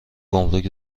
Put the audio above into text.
گمرک